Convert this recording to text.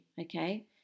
Okay